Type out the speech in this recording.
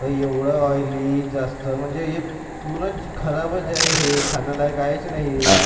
एवढं ऑइली जास्त म्हणजे पूर्णच खराबच आहे हे खाण्यालायक आहेच नाही हे